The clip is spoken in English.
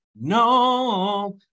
no